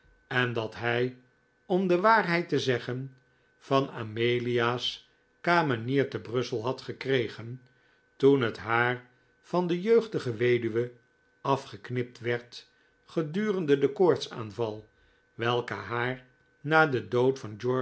en dat hij om de waarheid te zeggen van amelia's kamenier te brussel had gekregen toen het haar van de jeugdige weduwe afgeknipt werd gedurende den koortsaanval welke haar na den dood van